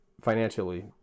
financially